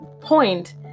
point